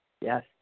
Yes